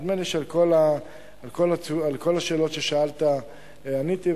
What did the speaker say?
נדמה לי שעל כל השאלות ששאלת עניתי,